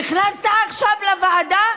נכנסת עכשיו לוועדה?